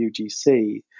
UGC